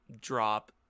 drop